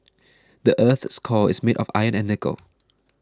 the earth's core is made of iron and nickel